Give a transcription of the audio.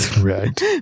Right